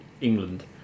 England